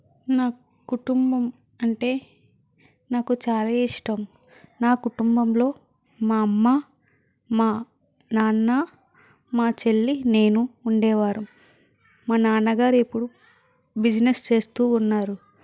నా కుటుంబం అంటే నాకు చాలా ఇష్టం నా కుటుంబంలో మా అమ్మ మా నాన్న మా చెల్లి నేను ఉండేవారు మా నాన్నగారు ఎప్పుడు బిజినెస్ చేస్తూ ఉన్నారు